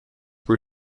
por